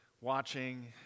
watching